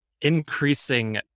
increasing